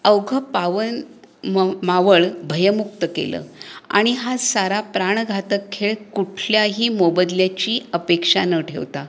अवघं पावन म मावळ भयमुक्त केलं आणि हा सारा प्राणघातक खेळ कुठल्याही मोबदल्याची अपेक्षा न ठेवता